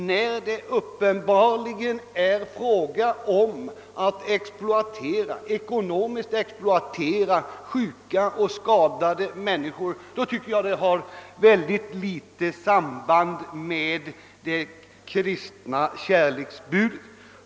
När det uppenbarligen är fråga om att ekonomiskt expolatera sjuka och skadade människor, tycks det mig finnas mycket litet samband med det kristna kärleksbudet.